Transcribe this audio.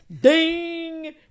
Ding